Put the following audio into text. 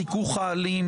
וההכרעה של התשתיות שלו,